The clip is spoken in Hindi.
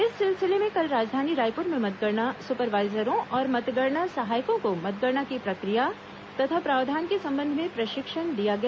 इस सिलसिले में कल राजधानी रायपुर में मतगणना सुपरवाईजरों और मतगणना सहायकों को मतगणना की प्रशिक्र या तथा प्रावधान के संबंध में प्र शिक्षण दिया गया